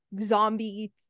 zombie-